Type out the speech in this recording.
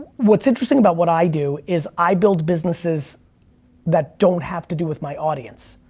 what's interesting about what i do is i build businesses that don't have to do with my audience,